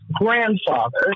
grandfather